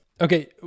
Okay